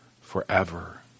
forever